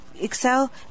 excel